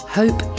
hope